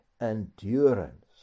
endurance